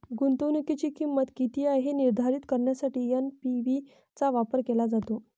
गुंतवणुकीची किंमत किती आहे हे निर्धारित करण्यासाठी एन.पी.वी चा वापर केला जातो